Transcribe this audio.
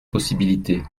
possibilité